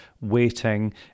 waiting